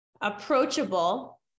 approachable